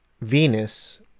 venus